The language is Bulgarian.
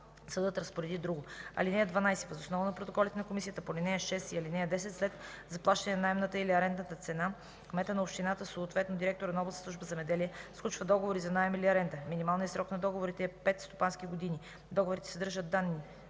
съдът разпореди друго. (12) Въз основа на протоколите на комисиите по ал. 6 и ал. 10 и след заплащане на наемната или арендната цена, кметът на общината, съответно директорът на областната дирекция „Земеделие” сключва договори за наем или аренда. Минималният срок на договорите е 5 стопански години. Договорите съдържат данните